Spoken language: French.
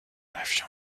avion